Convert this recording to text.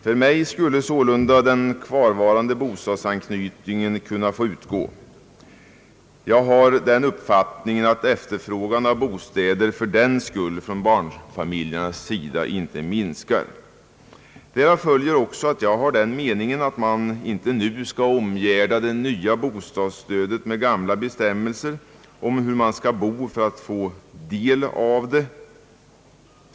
För mig skulle sålunda den kvarvarande bostadsanknytningen kunna få utgå. Jag har den uppfattningen att efterfrågan av bostäder fördenskull från barnfamiljernas sida inte minskas. Därav följer också att jag anser, att man inte nu skall omgärda det nya bostadsstödet med gamla bestämmelser om hur man skall bo för att få del av det.